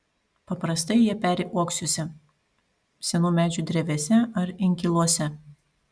paprastai jie peri uoksuose senų medžių drevėse ar inkiluose